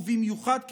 ובמיוחד כקהל,